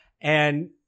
And-